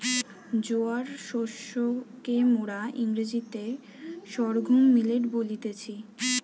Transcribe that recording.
জোয়ার শস্যকে মোরা ইংরেজিতে সর্ঘুম মিলেট বলতেছি